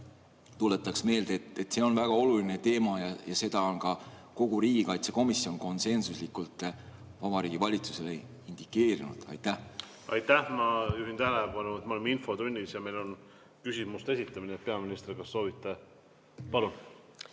tuletan meelde, et see on väga oluline teema ja seda on ka kogu riigikaitsekomisjon konsensuslikult Vabariigi Valitsusele indikeerinud. Aitäh! Aga ma juhin tähelepanu, et me oleme infotunnis ja meil toimub küsimuste esitamine. Peaminister, kas soovite? Palun!